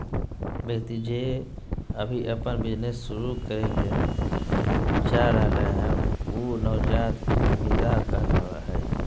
व्यक्ति जे अभी अपन बिजनेस शुरू करे ले चाह रहलय हें उ नवजात उद्यमिता कहला हय